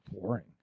boring